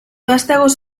vástagos